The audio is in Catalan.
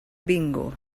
bingo